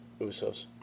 USOs